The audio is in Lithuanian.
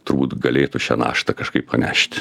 turbūt galėtų šią naštą kažkaip panešti